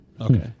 Okay